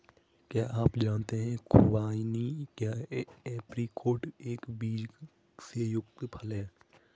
क्या आप जानते है खुबानी या ऐप्रिकॉट एक बीज से युक्त फल है?